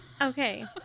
Okay